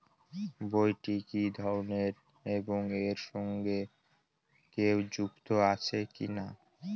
বইটি কি ধরনের এবং এর সঙ্গে কেউ যুক্ত আছে কিনা?